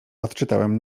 odczytałem